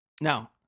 Now